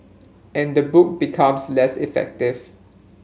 and the book becomes less effective